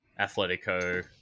Atletico